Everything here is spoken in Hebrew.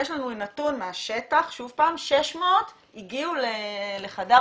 יש לנו נתון מהשטח של 600 שהגיעו לחדר